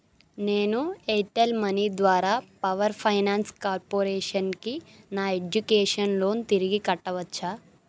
నేను Airtel money ద్వారా power finance కార్పొరేషన్కి నా ఎడ్జ్యుకేషన్ లోన్ తిరిగి కట్టవచ్చా